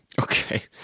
Okay